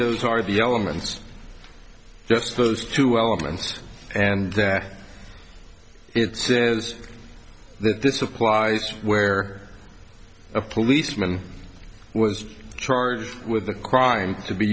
those are the elements just those two elements and that is that this applies where a policeman was charged with a crime to be